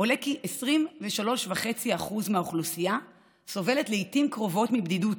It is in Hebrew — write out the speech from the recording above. עולה כי 23.5% מהאוכלוסייה סובלת לעתים קרובות מבדידות.